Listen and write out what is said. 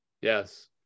Yes